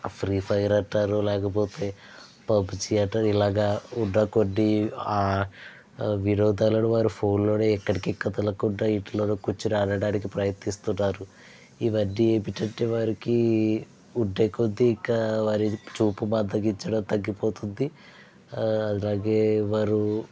ఆ Free Fire అంటారు లేకపోతే పబ్జి అంటు ఇలాగా ఉన్న కొద్దీ ఆ వినోదాలను వారు ఫోన్లోనే ఎక్కడికి కదలకుండా ఇంట్లోనే కూర్చొని ఆడడానికి ప్రయత్నిస్తున్నారు ఇవన్నీ ఏమిటి అంటే వారికి ఉండే కొద్దిగా చూపు మందగించడం తగ్గిపోతుంది అలాగే వారు